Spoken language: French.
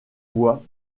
voie